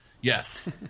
yes